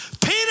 Peter